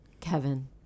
Kevin